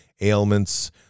ailments